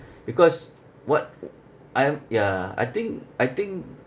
because what I'm ya I think I think